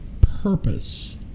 purpose